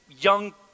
young